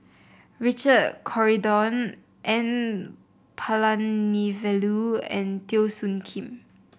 Richard Corridon N Palanivelu and Teo Soon Kim